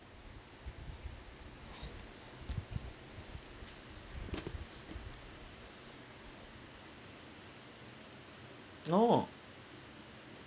orh